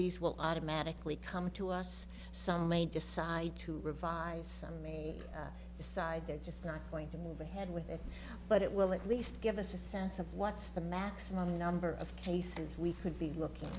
these will automatically come to us some may decide to revise decide they're just not going to move ahead with it but it will at least give us a sense of what's the maximum number of cases we could be looking